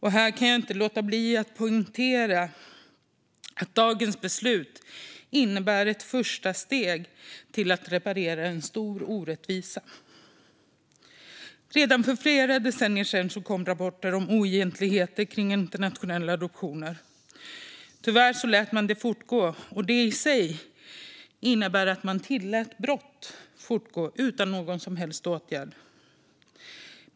Här kan jag inte låta bli att poängtera att dagens beslut innebär ett första steg mot att reparera en stor orättvisa. Redan för flera decennier sedan kom det rapporter om oegentligheter kring internationella adoptioner. Tyvärr lät man dem fortgå, och det i sig innebar att man lät brott fortgå utan någon som helst åtgärd.